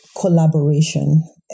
collaboration